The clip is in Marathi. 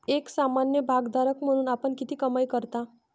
एक सामान्य भागधारक म्हणून आपण किती कमाई करता?